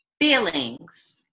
Feelings